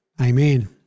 amen